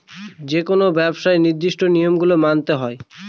যেকোনো ব্যবসায় নির্দিষ্ট নিয়ম গুলো মানতে হয়